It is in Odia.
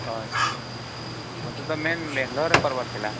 ଓ ଆଚ୍ଛା ମତେ ତ ମେନ୍ ବେଙ୍ଗ୍ଲୋର୍ରେ କର୍ବାର୍ ଥିଲା